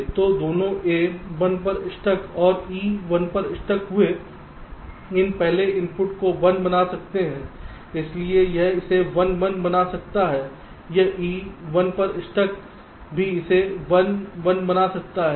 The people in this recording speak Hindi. तो दोनों A 1 पर स्टक और E 1 पर स्टक हुए इस पहले इनपुट को 1 बना सकते हैं इसलिए यह इसे 1 1 बना सकता है यह E 1 पर स्टक भी इसे 1 1 बना सकता है